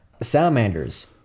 salamanders